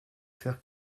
faire